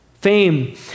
fame